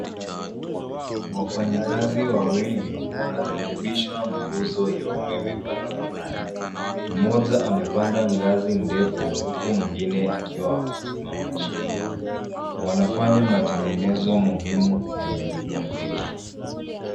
Wafanyikazi wawili wanarekebisha mnguzo ya umeme barabarani. Mmoja amepanda ngazi ndefu uku mwingine akiwa amesimama chini. Wanafanya matengenezo muhimu ya miundombinu.